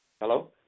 Hello